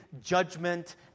judgment